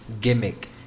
gimmick